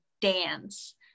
dance